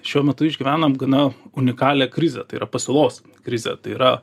šiuo metu išgyvenam gana unikalią krizę tai yra pasiūlos krizę tai yra